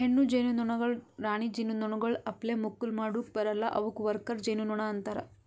ಹೆಣ್ಣು ಜೇನುನೊಣಗೊಳ್ ರಾಣಿ ಜೇನುನೊಣಗೊಳ್ ಅಪ್ಲೆ ಮಕ್ಕುಲ್ ಮಾಡುಕ್ ಬರಲ್ಲಾ ಅವುಕ್ ವರ್ಕರ್ ಜೇನುನೊಣ ಅಂತಾರ